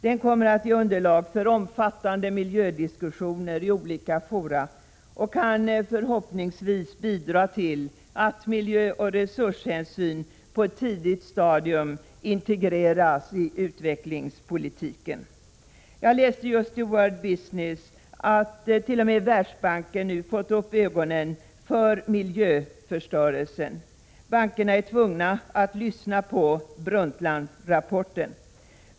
Den kommer att ge underlag för omfattande miljödiskussioner i olika fora och kan förhoppningsvis bidra till att miljöoch resurshänsyn på ett tidigt stadium integreras i utvecklingspolitiken. Jag läste just i World Business att t.o.m. Världsbanken nu har fått upp ögonen för miljöförstörelsen. Bankerna är tvungna att studera Brundtlandrapporten.